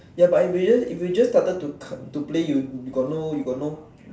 ya but if you just if you just started to play you got no you got no